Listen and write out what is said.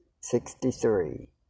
sixty-three